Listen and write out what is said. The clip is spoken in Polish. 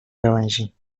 gałęzi